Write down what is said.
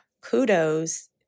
kudos